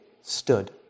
stood